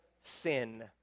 sin